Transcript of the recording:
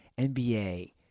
NBA